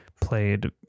Played